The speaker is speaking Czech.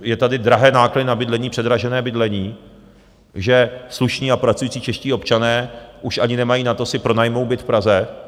Jsou tady drahé náklady na bydlení, předražené bydlení, že slušní a pracující čeští občané už ani nemají na to si pronajmou byt v Praze.